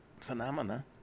phenomena